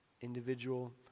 individual